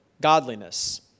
godliness